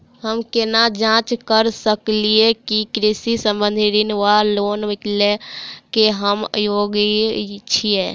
हम केना जाँच करऽ सकलिये की कृषि संबंधी ऋण वा लोन लय केँ हम योग्य छीयै?